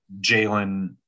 Jalen